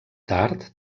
tard